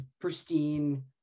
pristine